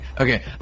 Okay